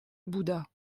bouddha